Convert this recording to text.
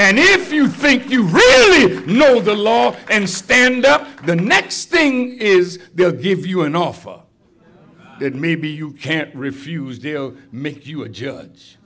and if you think you know the law and stand up the next thing is they'll give you an offer that maybe you can't refuse deal make you a judge